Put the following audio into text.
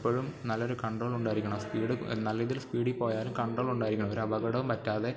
എപ്പോഴും നല്ലൊരു കൺട്രോൾ ഉണ്ടായിരിക്കണം സ്പീഡ് നല്ല രീതിയിൽ സ്പീഡിൽ പോയാലും കൺട്രോൾ ഉണ്ടായിരിക്കണം ഒരു അപകടവും പറ്റാതെ